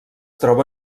troba